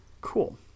Cool